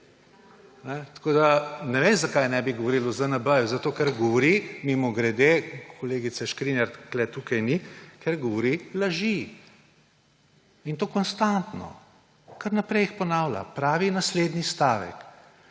Tako da ne vem, zakaj ne bi govorili o ZNB, zato ker govori, mimogrede, kolegice Škrinjar ni tukaj, ker govori laži. In to konstantno, kar naprej jih ponavlja. Pravi naslednji stavek: